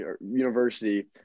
university